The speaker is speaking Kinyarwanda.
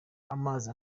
amazi